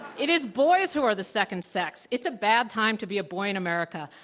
it is boys who are the second sex. it's a bad time to be a boy in america.